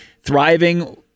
thriving